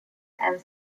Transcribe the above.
and